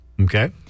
Okay